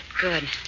good